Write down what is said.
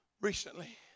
recently